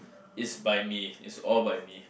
is by me is all by me